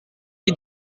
est